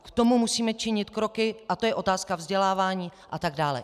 K tomu musíme činit kroky a to je otázka vzdělávání atd.